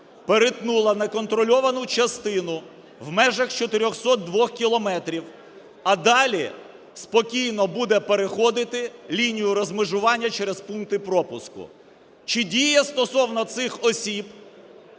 перетнула неконтрольовану частину в межах 402 кілометрів, а далі спокійно буде переходити лінію розмежування через пункти пропуску? Чи діє стосовно цих осіб